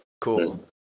cool